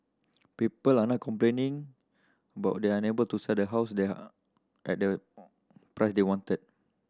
people are now complaining they are unable to sell their house there at the price they wanted